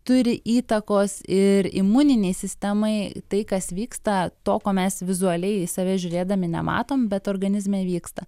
turi įtakos ir imuninei sistemai tai kas vyksta to ko mes vizualiai į save žiūrėdami nematom bet organizme vyksta